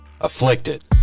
afflicted